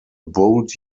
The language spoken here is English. bold